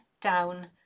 down